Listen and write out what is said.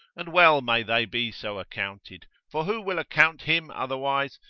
and well may they be so accounted for who will account him otherwise,